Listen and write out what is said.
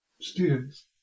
Students